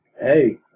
Hey